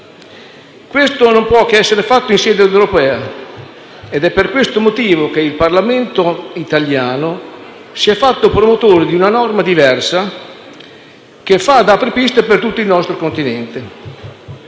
questo non può che essere fatto in sede europea. È per questo motivo che il Parlamento italiano si è fatto promotore di una norma diversa, che fa da apripista per tutto il nostro Continente.